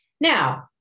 Now